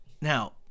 Now